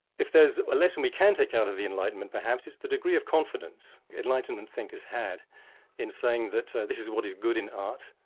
if there's a lesson we can take out of the enlightenment perhaps, it's the degree of confidence enlightenment thinkers had in saying that this is what is good in art,